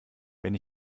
wenn